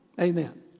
amen